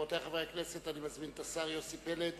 רבותי חברי הכנסת, אני מזמין את השר יוסי פלד